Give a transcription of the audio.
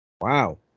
Wow